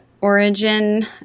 Origin